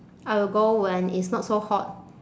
I will go when it's not so hot